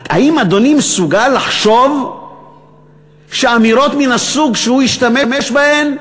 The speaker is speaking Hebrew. האם אדוני מסוגל לחשוב שאמירות מהסוג שהוא השתמש בהן,